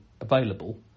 available